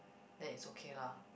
that is okay lah